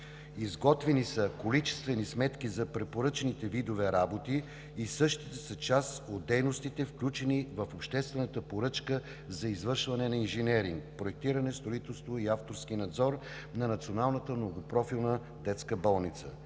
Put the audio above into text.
Изготвени са количествени сметки за препоръчаните видове работи и същите са част от дейностите, включени в обществената поръчка за извършване на инженеринг – проектиране, строителство и авторски надзор на Националната многопрофилна детска болница.